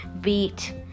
beat